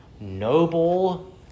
noble